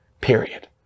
period